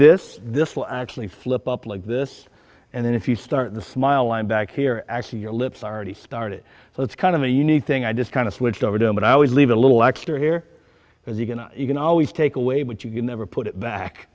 this this will actually flip up like this and then if you start smiling back here actually your lips are already started so it's kind of a unique thing i just kind of switched over to him but i always leave a little extra here because you can you can always take away but you never put it back